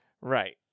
Right